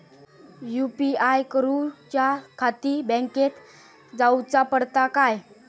UPI करूच्याखाती बँकेत जाऊचा पडता काय?